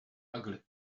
ugly